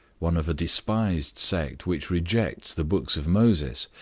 one of a despised sect which rejects the books of moses,